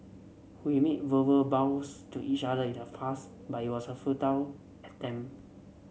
we made verbal vows to each other in the past but it was a futile attempt